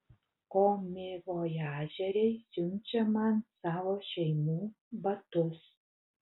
komivojažieriai siunčia man savo šeimų batus